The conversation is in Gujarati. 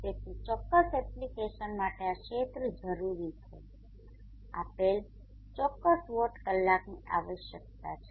તેથી ચોક્કસ એપ્લિકેશન માટે આ ક્ષેત્ર જરૂરી છે આપેલ ચોક્કસ વોટ કલાકની આવશ્યકતા છે